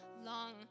long